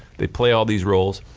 they play all these roles,